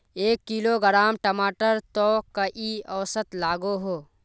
एक किलोग्राम टमाटर त कई औसत लागोहो?